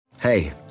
Hey